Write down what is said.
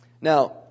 Now